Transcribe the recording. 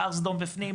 הר סדום בפנים,